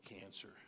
cancer